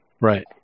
Right